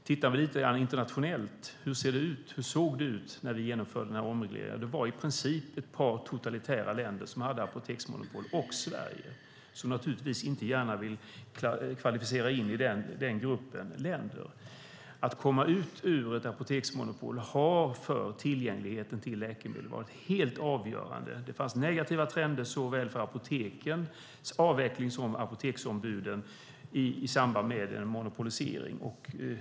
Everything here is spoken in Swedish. När vi tittade på hur det såg ut internationellt då vi genomförde omregleringen kunde vi se att det i princip var ett par totalitära länder som hade apoteksmonopol - samt Sverige. Vi vill naturligtvis inte gärna kvalificera in i den gruppen av länder. Att komma ut ur ett apoteksmonopol har varit helt avgörande för tillgängligheten till läkemedel. Det fanns negativa trender beträffande såväl apotekens avveckling som apoteksombuden i samband med monopoliseringen.